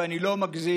ואני לא מגזים,